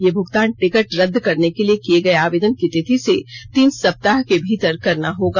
यह भुगतान टिकट रद्द करने के लिए किए गए आवेदन की तिथि से तीन सप्ताह के भीतर करना होगा